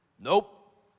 Nope